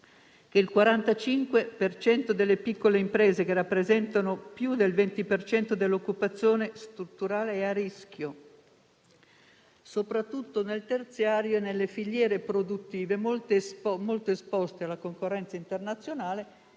cento delle piccole imprese che rappresentano più del 20 per cento dell'occupazione strutturale è a rischio, soprattutto nel terziario e nelle filiere produttive molto esposte alla concorrenza internazionale.